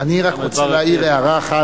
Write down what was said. אני רק רוצה להעיר הערה אחת,